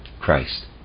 Christ